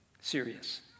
Serious